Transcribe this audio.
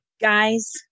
Guys